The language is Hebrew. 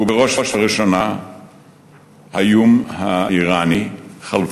ובראש ובראשונה האיום האיראני, חלפו.